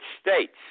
States